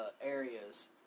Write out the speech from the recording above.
areas